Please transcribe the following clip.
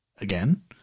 again